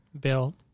bill